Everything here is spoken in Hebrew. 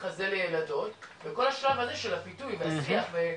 מתחזה לילדות וכל השלב הזה של הפיתוי והלכידה